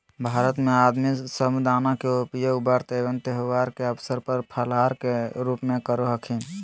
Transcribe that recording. भारत में आदमी साबूदाना के उपयोग व्रत एवं त्यौहार के अवसर पर फलाहार के रूप में करो हखिन